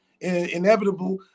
Inevitable